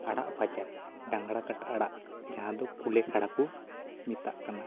ᱟᱲᱟᱜ ᱵᱷᱟᱡᱟ ᱡᱟᱦᱟᱸ ᱫᱚ ᱰᱟᱝᱨᱟ ᱠᱟᱴᱟ ᱟᱲᱟᱜ ᱡᱟᱦᱟᱸ ᱫᱚ ᱠᱩᱞᱮ ᱠᱷᱟᱲᱟ ᱠᱚ ᱢᱮᱛᱟᱜ ᱠᱟᱱᱟ